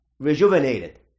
Rejuvenated